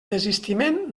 desistiment